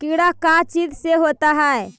कीड़ा का चीज से होता है?